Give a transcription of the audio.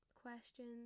questions